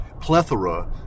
plethora